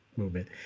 Movement